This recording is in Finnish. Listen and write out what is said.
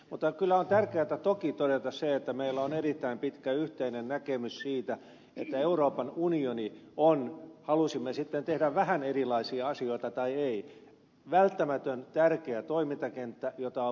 mutta kyllä on tärkeätä toki todeta se että meillä on erittäin pitkä yhteinen näkemys siitä että euroopan unioni on halusimme sitten tehdä vähän erilaisia asioita tai ei välttämätön tärkeä toimintakenttä jota on vahvistettava ja jota on demokratisoitava